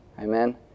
Amen